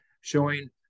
showing